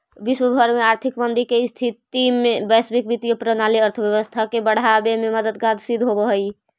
विश्व भर के आर्थिक मंदी के स्थिति में वैश्विक वित्तीय प्रणाली अर्थव्यवस्था के बढ़ावे में मददगार सिद्ध होवऽ हई